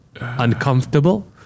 Uncomfortable